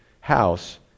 house